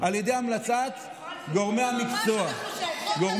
על ידי המלצת גורמי המקצוע.